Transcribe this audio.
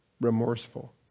remorseful